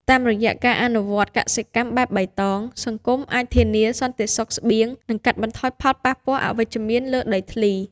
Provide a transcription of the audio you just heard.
តាមរយៈការអនុវត្តកសិកម្មបែបបៃតង សង្គមអាចធានាសន្តិសុខស្បៀង និងកាត់បន្ថយផលប៉ះពាល់អវិជ្ជមានលើដីធ្លី។